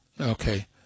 Okay